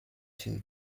too